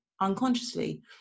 unconsciously